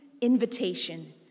invitation